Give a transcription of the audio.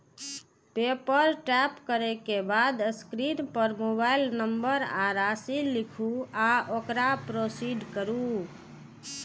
पे पर टैप करै के बाद स्क्रीन पर मोबाइल नंबर आ राशि लिखू आ ओकरा प्रोसीड करू